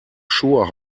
sure